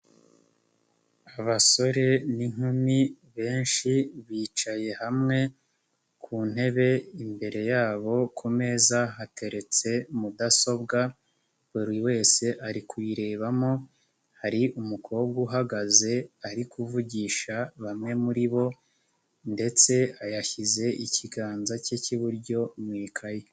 Abasore n'inkumi benshi bicaye hamwe ku ntebe imbere yabo ku meza hateretse mudasobwa buri wese ari kuyirebamo, hari umukobwa uhagaze ari kuvugisha bamwe muri bo ndetse yashyize ikiganza ke k'iburyo mu ikaye.